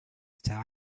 same